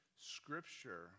Scripture